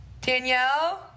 Danielle